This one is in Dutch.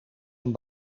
een